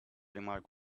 remark